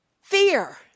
fear